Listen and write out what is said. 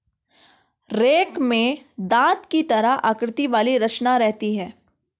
rake में दाँत की तरह आकृति वाली रचना रहती है